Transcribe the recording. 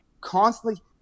constantly